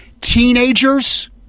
teenagers